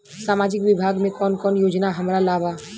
सामाजिक विभाग मे कौन कौन योजना हमरा ला बा?